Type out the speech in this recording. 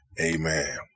Amen